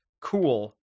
cool